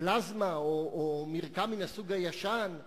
פלזמה או מרקע מן הסוג הישן לשלם,